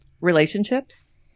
relationships